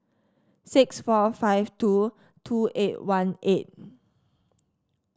six four five two two eight one eight